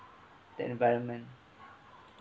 the environment